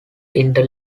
inter